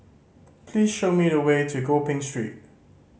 please show me the way to Gopeng Street